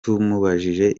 tumubajije